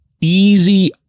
easy